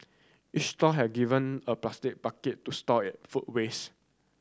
each stall has given a plastic bucket to store it food waste